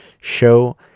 show